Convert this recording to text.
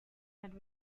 had